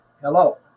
hello